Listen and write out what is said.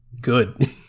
good